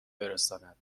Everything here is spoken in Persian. برساند